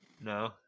no